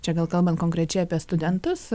čia gal kalbant konkrečiai apie studentus